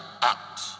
act